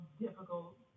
difficult